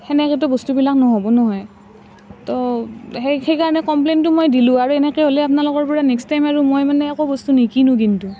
সেনেকৈতো বস্তুবিলাক নহ'ব নহয় তো সেইকাৰণে কমপ্লেইনটো মই দিলোঁ আৰু এনেকৈ হ'লে আপোনালোকৰ পৰা নেক্সট টাইম আৰু মই মানে একো বস্তু নিকিনো কিন্তু